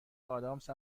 ادامس